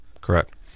Correct